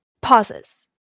pauses